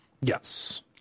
yes